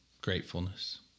Gratefulness